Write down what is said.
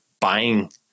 buying